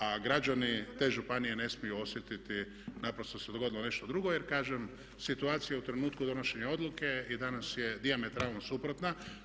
A građani te županije ne smiju osjetiti naprosto da se dogodilo nešto drugo jer kažem situacija u trenutku donošenja odluke i danas je dijametralno suprotna.